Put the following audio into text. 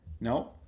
No